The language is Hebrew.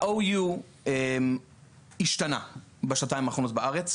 ה-OU השתנה בשנתיים האחרונות בארץ,